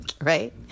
right